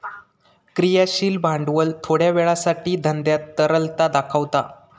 क्रियाशील भांडवल थोड्या वेळासाठी धंद्यात तरलता दाखवता